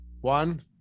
One